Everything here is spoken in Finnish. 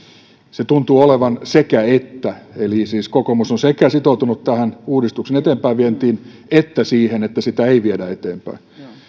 se tuntuu olevan sekä että eli siis kokoomus on sekä sitoutunut tähän uudistuksen eteenpäinvientiin että siihen että sitä ei viedä eteenpäin